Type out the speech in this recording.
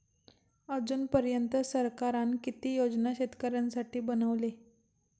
अजून पर्यंत सरकारान किती योजना शेतकऱ्यांसाठी बनवले?